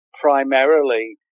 primarily